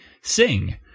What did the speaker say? sing